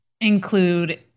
include